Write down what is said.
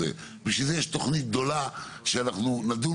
בשביל זה יש תוכנית גדולה שאנחנו נדון